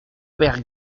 père